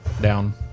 down